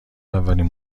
اولین